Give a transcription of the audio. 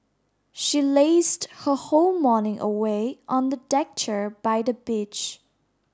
she lazed her whole morning away on the deck chair by the beach